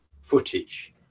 footage